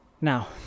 Now